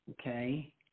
Okay